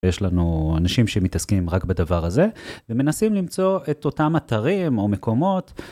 יש לנו אנשים שמתעסקים רק בדבר הזה ומנסים למצוא את אותם אתרים או מקומות.